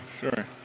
Sure